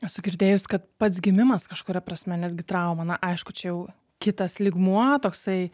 esu girdėjus kad pats gimimas kažkuria prasme netgi trauma na aišku čia jau kitas lygmuo toksai